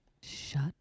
Shut